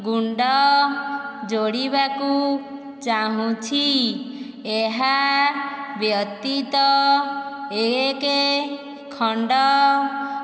ଗୁଣ୍ଡ ଯୋଡ଼ିବାକୁ ଚାହୁଁଛି ଏହା ବ୍ୟତୀତ ଏକ ଖଣ୍ଡ